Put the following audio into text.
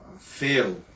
fail